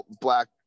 Black